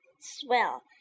swell